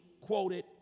quoted